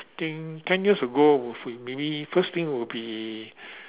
think ten years ago maybe first thing will be